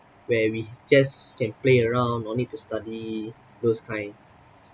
where we just can play around no need to study those kind